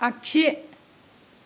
आगसि